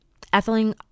ethylene